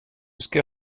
ska